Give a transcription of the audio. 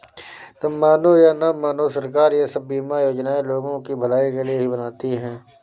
तुम मानो या न मानो, सरकार ये सब बीमा योजनाएं लोगों की भलाई के लिए ही बनाती है